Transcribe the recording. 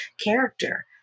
character